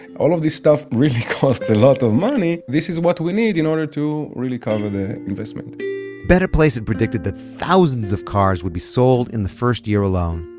all of this stuff really cost a lot of money. this is what we need in order to really cover the investment better place had predicted that thousands of cars would be sold in the first year alone.